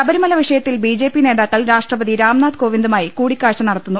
ശബരിമല വിഷയത്തിൽ ബിജെപി നേതാക്കൾ രാഷ്ട്രപതി രാംനാഥ് കോവിന്ദുമായി കൂടിക്കാഴ്ച നടത്തുന്നു